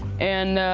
and